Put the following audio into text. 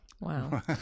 Wow